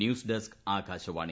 news desk Akashvani